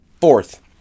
fourth